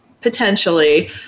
potentially